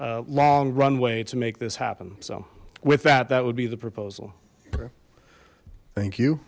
long runway to make this happen so with that that would be the proposal thank you